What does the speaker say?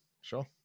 Sure